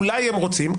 אולי הם רוצים,